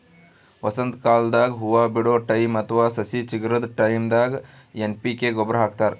ವಸಂತಕಾಲದಾಗ್ ಹೂವಾ ಬಿಡೋ ಟೈಮ್ ಅಥವಾ ಸಸಿ ಚಿಗರದ್ ಟೈಂದಾಗ್ ಎನ್ ಪಿ ಕೆ ಗೊಬ್ಬರ್ ಹಾಕ್ತಾರ್